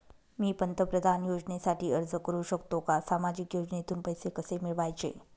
मी पंतप्रधान योजनेसाठी अर्ज करु शकतो का? सामाजिक योजनेतून पैसे कसे मिळवायचे